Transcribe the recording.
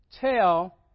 tell